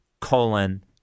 colon